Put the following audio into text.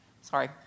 Sorry